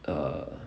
err